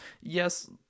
Yes